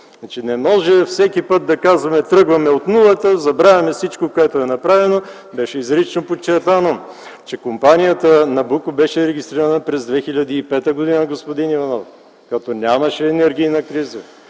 Не можем всеки път да казваме, че тръгваме от нулата, а забравяме всичко, което е направено. Беше изрично подчертано, че компанията „Набуко” беше регистрирана през 2005 г., господин Иванов, когато нямаше енергийна криза.